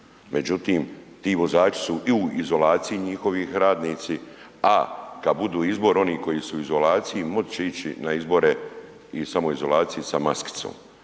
međutim ti vozači su i u izolaciji njihovi radnici, a kad budu izbor onih koji su izolaciji, moći će ići na izbore u samoizolaciji sa maskicom.